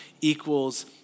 equals